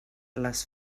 les